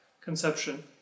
conception